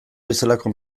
bezalako